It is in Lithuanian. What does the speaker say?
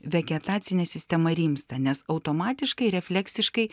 vegetacinė sistema rimsta nes automatiškai refleksiškai